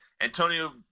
Antonio